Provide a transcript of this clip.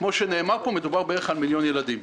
כמו שנאמר פה, מדובר על מיליון ילדים.